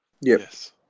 Yes